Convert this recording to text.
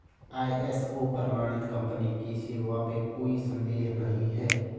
ISO प्रमाणित company की सेवा पे कोई संदेह नहीं है